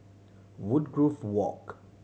Woodgrove Walk